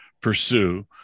pursue